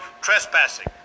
trespassing